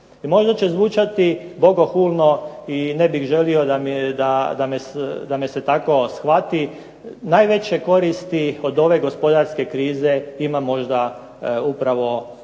možda će zvučati bogohulno i ne bih želio da me se tako shvati, najveće koristi od ove gospodarske krize ima možda upravo Parka